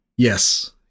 Yes